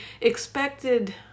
expected